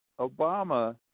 Obama